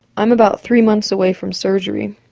i'm about three months away from surgery.